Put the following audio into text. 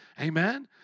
Amen